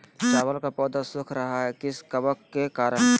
चावल का पौधा सुख रहा है किस कबक के करण?